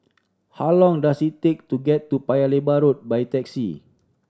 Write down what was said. how long does it take to get to Paya Lebar Road by taxi